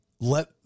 let